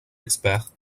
experts